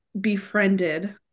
befriended